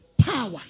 power